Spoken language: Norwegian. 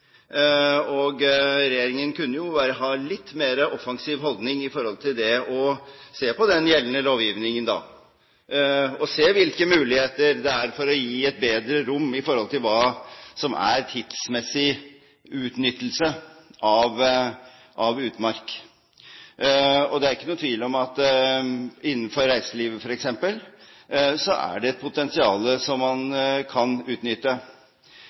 og regjeringen kunne jo ha en litt mer offensiv holdning og se på den gjeldende lovgivningen, og se på hvilke muligheter det er for å gi et bedre rom i forhold til hva som er tidsmessig utnyttelse av utmark. Det er ikke noen tvil om at innenfor reiseliv, f.eks., er det et potensial som man kan utnytte.